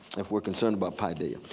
if we're concerned about paideia.